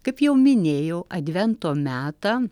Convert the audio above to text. kaip jau minėjau advento metą